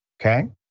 okay